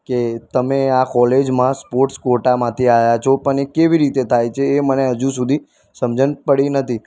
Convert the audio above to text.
કે તમે આ કોલેજમાં સ્પોર્ટ્સ કોટામાંથી આવ્યા છો પણ એ કેવી રીતે થાય છે એ મને હજુ સુધી સમજણ પડી નથી